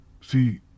See